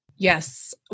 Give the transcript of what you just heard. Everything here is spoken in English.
Yes